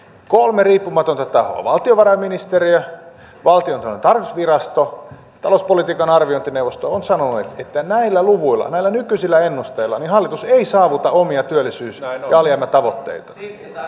kolme riippumatonta tahoa valtiovarainministeriö valtiontalouden tarkastusvirasto talouspolitiikan arviointineuvosto on sanonut että näillä luvuilla näillä nykyisillä ennusteilla hallitus ei saavuta omia työllisyys ja alijäämätavoitteitaan